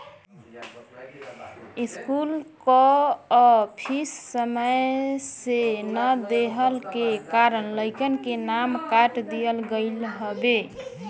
school कअ fees समय से ना देहला के कारण लइकन के नाम काट दिहल गईल हवे